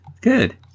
Good